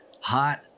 hot